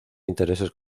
intereses